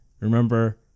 remember